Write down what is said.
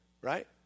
Right